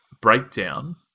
Breakdown